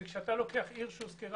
כשאתה לוקח עיר שהוזכרה,